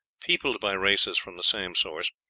peopled by races from the same source,